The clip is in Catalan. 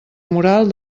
moral